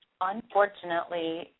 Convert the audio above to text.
Unfortunately